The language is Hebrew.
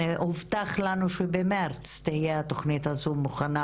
הובטח לנו שבמרץ התוכנית הזאת תהיה מוכנה,